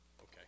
Okay